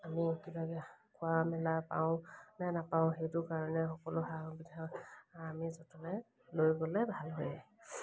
আমি কিবাকৈ খোৱা মেলা পাওঁ নে নাপাওঁ সেইটো কাৰণে সকলো সা সুবিধা আমি যতনাই লৈ গ'লে ভাল হয়